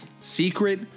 secret